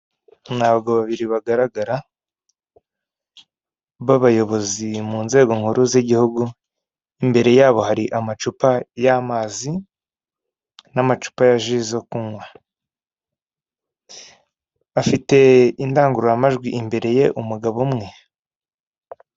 Ntabwo babiri bagaragara b'abayobozi mu nzego nkuru z'igihugu, imbere yabo hari amacupa y'amazi n'amacupa ya ji zo kunywa. Afite indangururamajwi imbere ye umugabo umwe.